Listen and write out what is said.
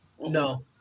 No